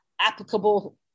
applicable